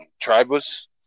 Tribus